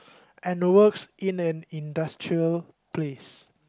and works in an industrial place